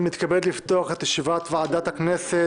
אני מתכבד לפתוח את ישיבת ועדת הכנסת.